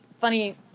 funny